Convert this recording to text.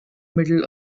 middle